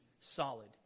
solid